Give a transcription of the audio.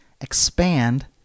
expand